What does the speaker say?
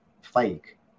fake